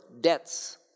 debts